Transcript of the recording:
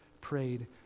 prayed